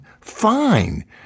Fine